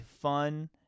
fun